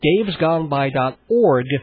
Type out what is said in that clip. davesgoneby.org